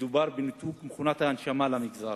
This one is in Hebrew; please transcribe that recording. מדובר בניתוק מכונת ההנשמה למגזר,